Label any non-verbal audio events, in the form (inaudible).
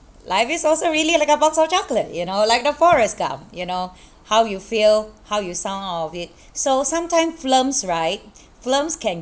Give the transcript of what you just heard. life is also really like a box of chocolate you know like the forest gump you know (breath) how you feel how you sound out of it (breath) so sometime films right (breath) films can